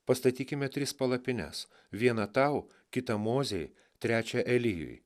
pastatykime tris palapines vieną tau kitą mozei trečią elijui